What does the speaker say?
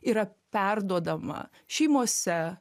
yra perduodama šeimose